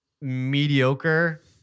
mediocre